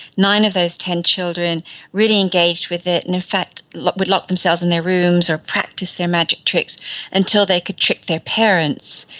nine of those ten children really engaged with it and in fact would lock themselves in their rooms or practice their magic tricks until they could trick their parents.